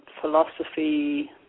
philosophy